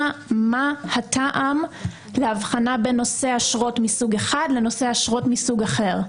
מה הטעם באבחנה בין נושאי אשרות מסוג אחד לנושאי אשרות מסוג אחר,